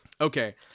Okay